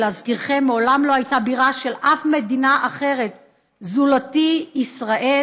שלהזכירכם מעולם לא הייתה בירה של אף מדינה אחרת זולתי ישראל.